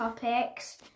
topics